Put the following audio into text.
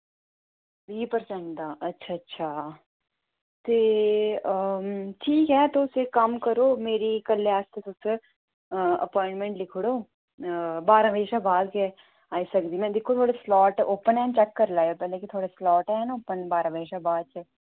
बीह् परसैंट दा अच्छा अच्छा ते ठीक ऐ तुस इक कम्म करो मेरी कल्लै आस्तै तुस अपोआइंटमेंट लिखी ओड़ो बारां बजे शा बाद गै आई सकदी में दिक्खो थुआढ़े स्लाट ओपन हैन चैक्क करी लैएओ पैह्लें कि थुआढ़े स्लाट हैन ओपन बारां बजे शा बाद